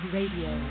Radio